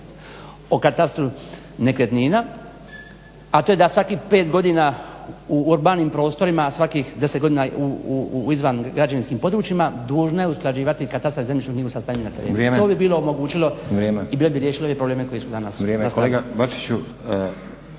o katastru nekretnina, a to je da svakih 5 godina u urbanim prostorima svakih 10 godina izvan građevinskim područjima dužna je usklađivati katastarsku i zemljišnu knjigu sa stanjem na terenu. To bi bilo omogućili i bilo bi riješilo ove probleme koji su danas